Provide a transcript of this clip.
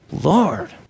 Lord